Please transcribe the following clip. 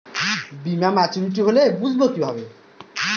বীমা মাচুরিটি হলে বুঝবো কিভাবে?